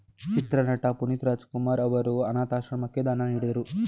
ಚಿತ್ರನಟ ಪುನೀತ್ ರಾಜಕುಮಾರ್ ಅವರು ಅನಾಥಾಶ್ರಮಕ್ಕೆ ದಾನ ನೀಡಿದರು